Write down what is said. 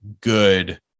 good